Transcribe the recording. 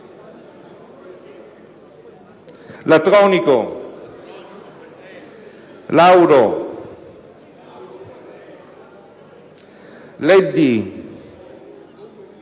Latronico, Lauro, Leddi,